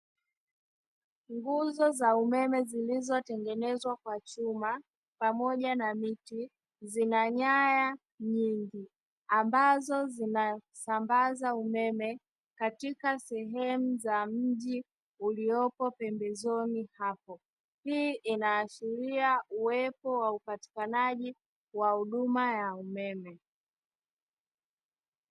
Nguzo za umeme zilizotengenezwa kwa chuma pamoja na miti, zina nyaya nyingi ambazo zinasambaza umeme katika sehemu za mji uliopo pembezoni hapo. Hii inaashiria uwepo wa upatikanaji wa huduma ya umeme.